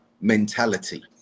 mentality